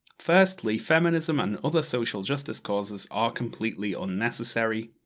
firstly, feminism and other social justice causes are completely unnecessary,